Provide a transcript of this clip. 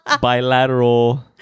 bilateral